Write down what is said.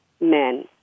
men